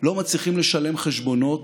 לא מצליחים לשלם חשבונות,